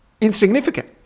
insignificant